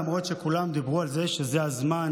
למרות שכולם דיברו על זה שזה הזמן